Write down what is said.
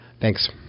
Thanks